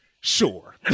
Sure